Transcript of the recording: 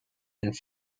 and